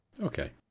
Okay